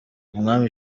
umwami